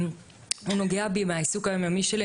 הוא נוגע בי מהעיסוק היום-יומי שלי,